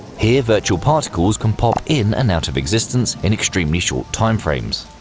here virtual particles can pop in and out of existence in extremely short time frames.